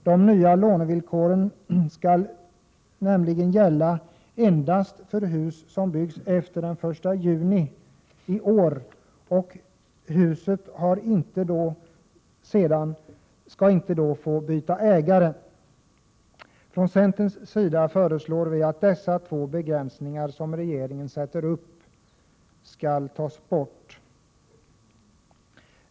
De nya lånevillkoren skall gälla endast för hus som byggts efter den 1 juni 1988 och huset får inte ha bytt ägare. Vi i centern föreslår att dessa två begränsningar som regeringen sätter upp skall tas bort.